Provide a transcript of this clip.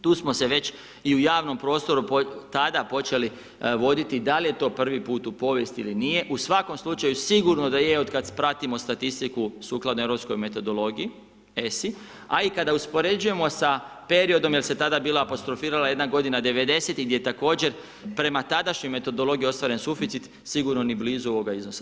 Tu smo se već i u javnom prostoru tada počeli voditi, da li je to prvi put u povijesti ili nije, u svakom slučaju sigurno da je otkad pratimo statistiku sukladno europskoj metodologiji ESA-i a i kada uspoređujemo sa periodom, jer se tada bila apostrofirala jedna godina '90.-tih gdje je također prema tadašnjoj metodologiji ostvaren suficit sigurno ni blizu ovoga iznosa.